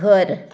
घर